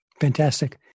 Fantastic